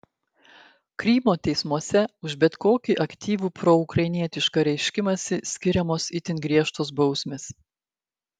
krymo teismuose už bet kokį aktyvų proukrainietišką reiškimąsi skiriamos itin griežtos bausmės